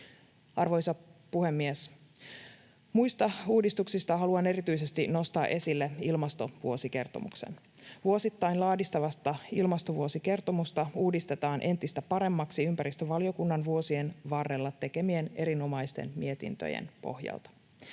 Arvoisa puhemies! Muista uudistuksista haluan erityisesti nostaa esille ilmastovuosikertomuksen. Vuosittain laadittavaa ilmastovuosikertomusta uudistetaan entistä paremmaksi ympäristövaliokunnan vuosien varrella tekemien erinomaisten mietintöjen pohjalta.